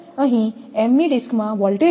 અહીં m મી ડિસ્કમાં વોલ્ટેજ ડ્રોપ તે હશે